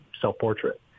self-portrait